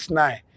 nine